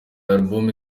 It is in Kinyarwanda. alubumu